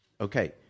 Okay